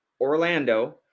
Orlando